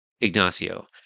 Ignacio